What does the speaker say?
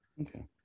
Okay